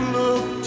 look